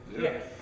Yes